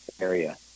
area